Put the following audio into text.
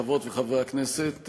חברות וחברות הכנסת,